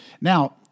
Now